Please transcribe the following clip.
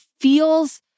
feels